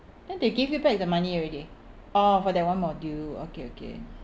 then they give you back the money already orh for that one module okay okay